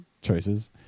choices